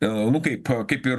e nu kaip kaip ir